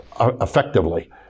effectively